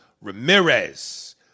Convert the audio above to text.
Ramirez